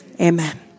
amen